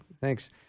Thanks